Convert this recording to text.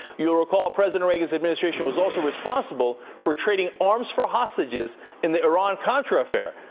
you will recall president reagan's administration was also responsible for trading arms for hostages in the iran-contra affair.